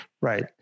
right